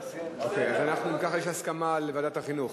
אם ככה, יש הסכמה לוועדת החינוך,